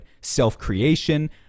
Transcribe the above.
self-creation